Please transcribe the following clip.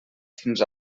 fins